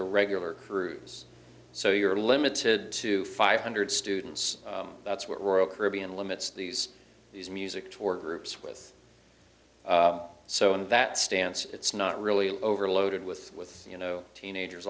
a regular cruise so you're limited to five hundred students that's what royal caribbean limits these these music tor groups with so in that stance it's not really overloaded with with you know teenagers